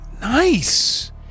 nice